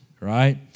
right